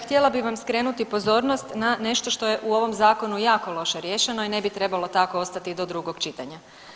Htjela bih vam skrenuti pozornost na nešto što je u ovom zakonu jako loše riješeno i ne bi trebalo tako ostati do drugog čitanja.